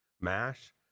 mash